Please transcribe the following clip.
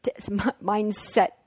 Mindset